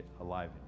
alive